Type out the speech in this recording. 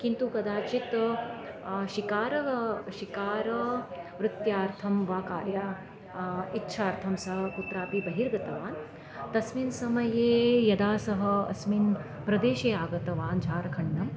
किन्तु कदाचित् शिकार शिकारवृत्यर्थं वा कार्यस्य इच्छार्थं सः कुत्रापि बहिर्गतवान् तस्मिन् समये यदा सः अस्मिन् प्रदेशे आगतवान् झार्खण्डम्